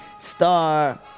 star